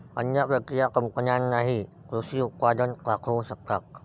अन्न प्रक्रिया कंपन्यांनाही कृषी उत्पादन पाठवू शकतात